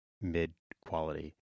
mid-quality